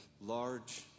large